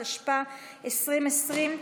התשפ"א 2020,